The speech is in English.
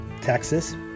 Texas